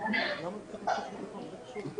על פטור מהנחה